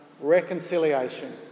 reconciliation